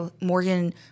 morgan